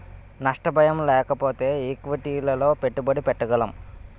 నష్ట భయం లేకపోతేనే ఈక్విటీలలో పెట్టుబడి పెట్టగలం